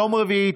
יום רביעי,